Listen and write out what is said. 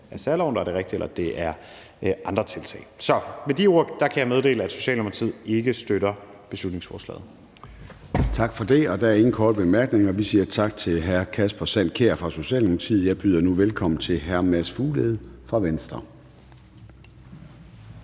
af særloven, der er det rigtige, eller det er andre tiltag. Så med de ord kan jeg meddele, at Socialdemokratiet ikke støtter beslutningsforslaget. Kl. 21:53 Formanden (Søren Gade): Tak for det. Der er ingen korte bemærkninger. Vi siger tak til hr. Kasper Sand Kjær fra Socialdemokratiet. Jeg byder nu velkommen til hr. Mads Fuglede fra Venstre.